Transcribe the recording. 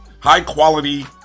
High-quality